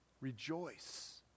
Rejoice